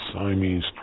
Siamese